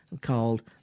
called